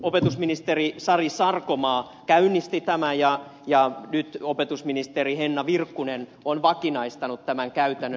opetusministeri sari sarkomaa käynnisti tämän ja nyt opetusministeri henna virkkunen on vakinaistanut tämän käytännön